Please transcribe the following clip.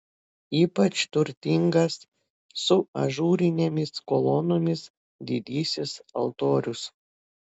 ypač turtingas su ažūrinėmis kolonomis didysis altorius